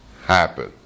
happen